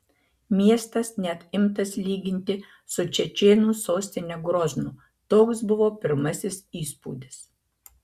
miestas net imtas lyginti su čečėnų sostine groznu toks buvo pirmasis įspūdis